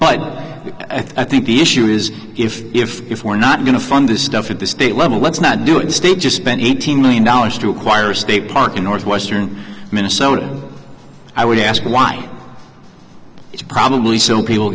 but i think the issue is if if if we're not going to fund this stuff at the state level let's not do it the state just spent eight hundred million dollars to acquire state park in northwestern minnesota i would ask why it's probably still people